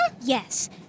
Yes